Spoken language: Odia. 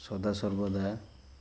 ସଦା ସର୍ବଦା